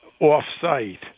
off-site